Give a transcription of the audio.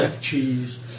cheese